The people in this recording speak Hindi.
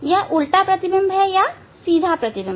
यह उल्टा प्रतिबिंब है या सीधा प्रतिबंध